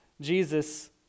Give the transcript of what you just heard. Jesus